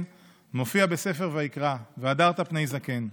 מופיע בספר ויקרא: "והדרת פני זקן".